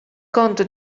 conto